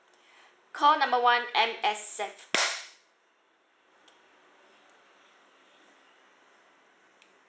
call number one M_S_F